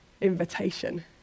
invitation